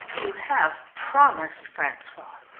you have promised, francois,